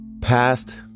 past